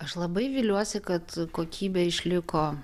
aš labai viliuosi kad kokybė išliko